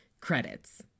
Credits